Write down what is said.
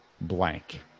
blank